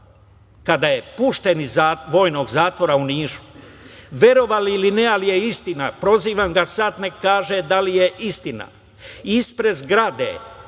kada je pušten iz vojnog zatvora u Nišu, verovali ili ne, ali je istina, prozivam ga sada neka kaže da li je istina, ispred zgrade